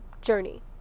journey